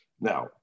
Now